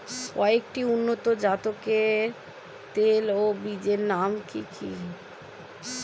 কয়েকটি উন্নত জাতের তৈল ও বীজের নাম কি কি?